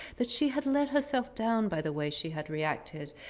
that she had let herself down by the way she had reacted.